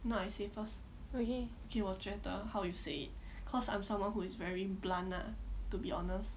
okay